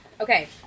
Okay